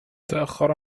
تأخر